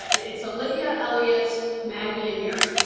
it's olivia, elliot, maggie and mary,